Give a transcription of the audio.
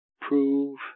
prove